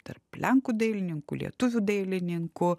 tarp lenkų dailininkų lietuvių dailininkų